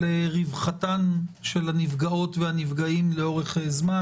רווחתן של הנפגעות והנפגעים לאורך זמן,